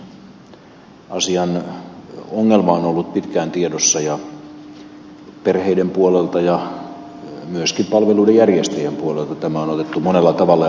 asiaan liittyvä ongelma on ollut pitkään tiedossa ja perheiden puolelta ja myöskin palveluiden järjestäjien puolelta tämä on otettu esille monella tavalla ja monta kertaa